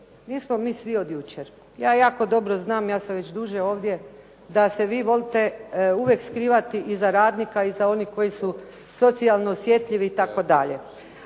nismo mi svi od jučer. Ja jako dobro znam, ja sam već duže ovdje da se vi volite uvijek skrivati iz radnika, iza onih koji su socijalno osjetljivi itd..